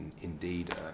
indeed